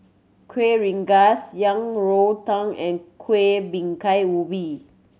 Kuih Rengas Yang Rou Tang and Kuih Bingka Ubi